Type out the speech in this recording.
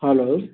hello